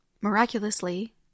Miraculously